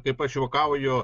kaip aš juokauju